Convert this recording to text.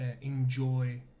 enjoy